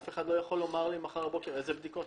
אף אחד לא יכול לומר לי מחר בבוקר אילו בדיקות,